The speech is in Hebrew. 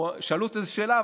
שאלו אותו איזו שאלה,